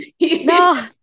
No